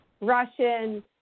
Russian